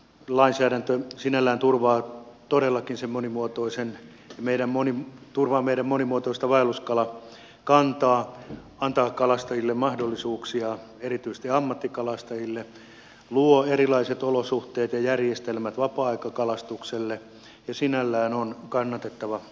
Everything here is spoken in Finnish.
lainsäädäntö sinällään tulvat todella kyse monimuotoisen meidän todellakin turvaa meidän monimuotoista vaelluskalakantaa antaa kalastajille mahdollisuuksia erityisesti ammattikalastajille luo erilaiset olosuhteet ja järjestelmät vapaa aikakalastukselle ja sinällään on kannatettava